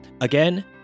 Again